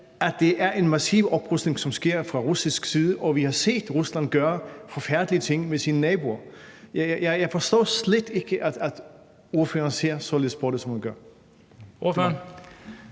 at det er en massiv oprustning, som sker fra russisk side, og når vi har set Rusland gøre forfærdelige ting ved sine naboer. Jeg forstår slet ikke, at ordføreren ser på det, som han gør.